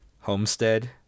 homestead